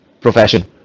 profession